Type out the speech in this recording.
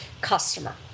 customer